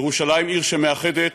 ירושלים עיר שמאחדת,